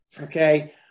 Okay